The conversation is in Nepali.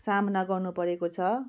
सामना गर्नु परेको छ